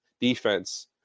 defense